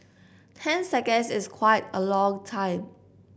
ten seconds is quite a long time